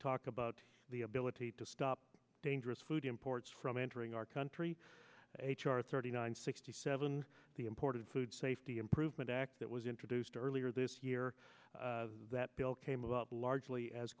talk about the ability to stop dangerous food imports from entering our country h r thirty nine sixty seven the imported food safety improvement act that was introduced earlier this year that bill came up largely as